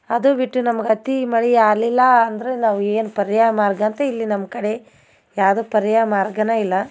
ಅದು ಬಿಟ್ಟು ನಮಗೆ ಅತಿ ಮಳೆ ಆಗ್ಲಿಲ್ಲ ಅಂದ್ರೆ ನಾವೇನೂ ಪರ್ಯಾಯ ಮಾರ್ಗ ಅಂತೂ ಇಲ್ಲಿ ನಮ್ಮ ಕಡೆ ಯಾವುದೂ ಪರ್ಯಾಯ ಮಾರ್ಗನೇ ಇಲ್ಲ